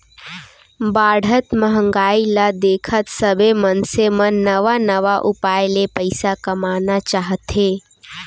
बाढ़त महंगाई ल देखत सबे मनसे मन नवा नवा उपाय ले पइसा कमाना चाहथे